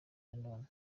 nanone